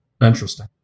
Interesting